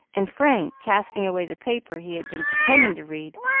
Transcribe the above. and frank, casting away the paper he had been pretending to read,